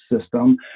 system